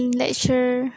lecture